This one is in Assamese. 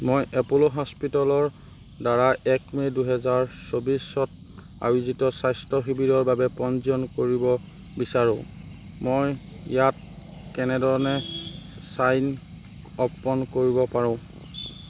মই এপ'ল' হস্পিতলৰ দ্বাৰা এক মে' দুহেজাৰ চৌবিছত আয়োজিত স্বাস্থ্য শিবিৰৰ বাবে পঞ্জীয়ন কৰিব বিচাৰোঁ মই ইয়াত কেনেধৰণে ছাইন আপ কৰিব পাৰোঁ